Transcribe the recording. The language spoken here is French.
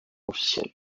officiel